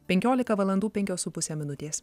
penkiolika valandų penkios su puse minutės